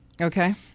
Okay